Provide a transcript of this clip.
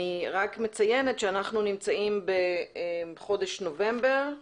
אני מציינת שאנחנו נמצאים בחודש נובמבר,